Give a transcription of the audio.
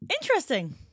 Interesting